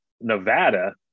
Nevada